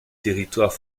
territoires